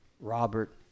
Robert